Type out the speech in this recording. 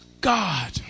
God